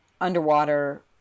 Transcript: underwater